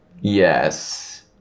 Yes